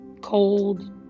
cold